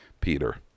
Peter